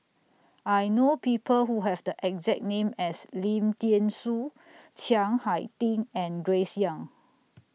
I know People Who Have The exact name as Lim Thean Soo Chiang Hai Ding and Grace Young